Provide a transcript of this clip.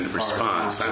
response